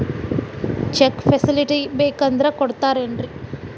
Check facility ಬೇಕಂದ್ರ ಕೊಡ್ತಾರೇನ್ರಿ?